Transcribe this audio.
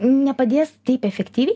nepadės taip efektyviai